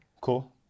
Cool